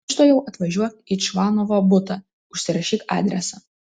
tučtuojau atvažiuok į čvanovo butą užsirašyk adresą